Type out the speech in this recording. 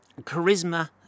charisma